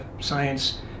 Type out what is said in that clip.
science